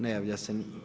Ne javlja se.